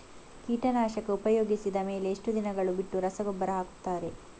ಕೀಟನಾಶಕ ಉಪಯೋಗಿಸಿದ ಮೇಲೆ ಎಷ್ಟು ದಿನಗಳು ಬಿಟ್ಟು ರಸಗೊಬ್ಬರ ಹಾಕುತ್ತಾರೆ?